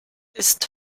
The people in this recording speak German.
ist